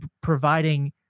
providing